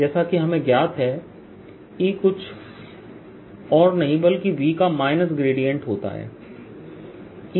जैसा कि हमें ज्ञात है E कुछ और नहीं बल्कि V का माइनस ग्रेडिएंट होता है E ∇V